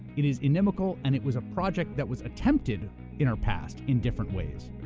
it is inimical, and it was a project that was attempted in our past in different ways.